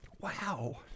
wow